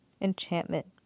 Enchantment